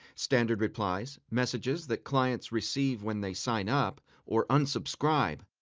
standard replies, messages that clients receive when they signup or unsubscribe.